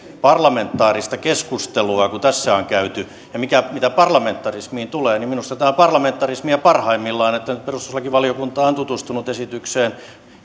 parlamentaarista keskustelua kuin tässä on käyty mitä parlamentarismiin tulee niin minusta tämä on parlamentarismia parhaimmillaan että perustuslakivaliokunta on on tutustunut esitykseen